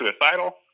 suicidal